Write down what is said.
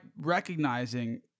recognizing